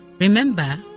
Remember